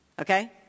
Okay